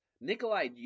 Nikolai